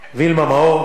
וילמה מאור.